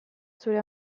zure